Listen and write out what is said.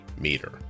meter